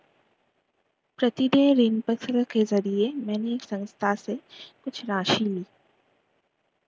प्रतिदेय ऋणपत्रों के जरिये मैंने एक संस्था से कुछ राशि ली